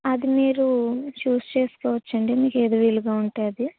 అది మీరు చూస్ చేసుకోవచ్చండి మీకు ఏది వీలుగా ఉంటే అది